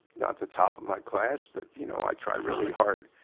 not at the top of my class but you know i tried really hard.